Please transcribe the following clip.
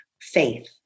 faith